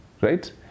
Right